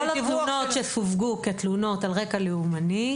כל התלונות שסווגו כתלונות על רקע לאומני,